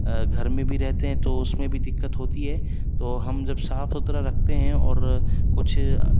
گھر میں بھی رہتے ہیں تو اس میں بھی دقت ہوتی ہے تو ہم جب صاف ستھرا رکھتے ہیں اور کچھ